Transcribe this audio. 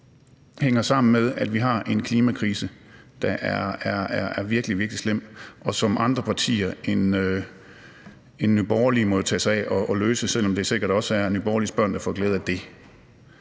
Det hænger sammen med, at vi har en klimakrise, der er virkelig, virkelig slem, og som andre partier end Nye Borgerlige må tage sig af at løse, selv om det sikkert også er Nye Borgerliges børn, der får glæde af det.